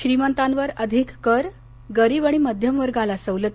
श्रीमंतांवर अधिक कर गरीब आणि मध्यमवर्गाला सवलती